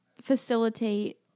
facilitate